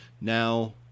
Now